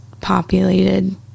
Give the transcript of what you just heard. populated